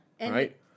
Right